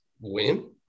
win